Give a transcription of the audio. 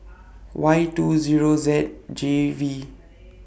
Y two Zero Z J V